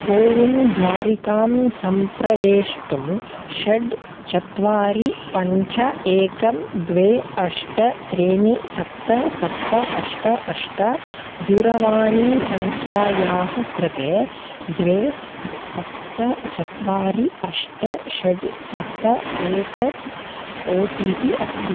CoWIN द्वारिकां सम्प्रवेष्टुं षट् चत्वारि पञ्च एकं द्वे अष्ट त्रीणि सप्त सप्त अष्ट अष्ट दूरवाणीसङ्ख्यायाः कृते द्वे सप्त चत्वारि अष्ट षट् सप्त एतत् ओ टि पि अस्ति